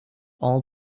all